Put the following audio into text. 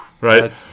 right